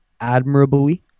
admirably